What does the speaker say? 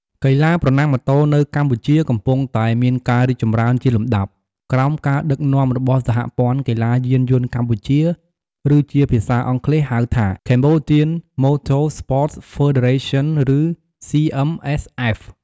កីឡាប្រណាំងម៉ូតូ នៅកម្ពុជាកំពុងតែមានការរីកចម្រើនជាលំដាប់ ក្រោមការដឹកនាំរបស់ សហព័ន្ធកីឡាយានយន្តកម្ពុជា ឬជាភាសាអង់គ្លេស ហៅថា Cambodian Motor Sports Federation ឬ CMSF)។